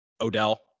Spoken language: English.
Odell